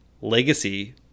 legacy